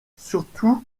surtout